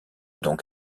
donc